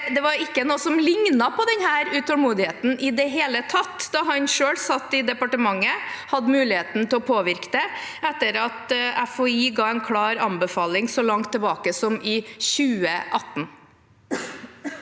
hele tatt ikke noe som lignet på den utålmodigheten da han selv satt i departementet og hadde muligheten til å påvirke det, etter at FHI ga en klar anbefaling så langt tilbake som i 2018.